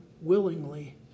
willingly